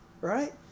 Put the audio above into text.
right